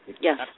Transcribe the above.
Yes